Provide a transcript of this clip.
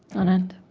anand?